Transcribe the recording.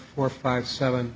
four five seven